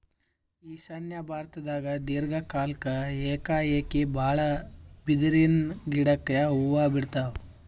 ಈಶಾನ್ಯ ಭಾರತ್ದಾಗ್ ದೀರ್ಘ ಕಾಲ್ಕ್ ಏಕಾಏಕಿ ಭಾಳ್ ಬಿದಿರಿನ್ ಗಿಡಕ್ ಹೂವಾ ಬಿಡ್ತಾವ್